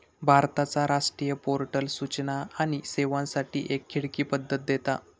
भारताचा राष्ट्रीय पोर्टल सूचना आणि सेवांसाठी एक खिडकी पद्धत देता